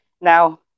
Now